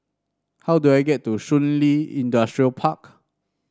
how do I get to Shun Li Industrial Park